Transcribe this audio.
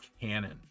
Cannon